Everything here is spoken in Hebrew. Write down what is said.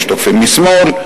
יש תוקפים משמאל,